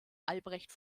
albrecht